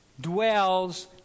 dwells